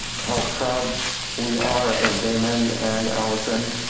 how proud we are of damon and allison.